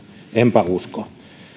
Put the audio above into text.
enpä usko